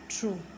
True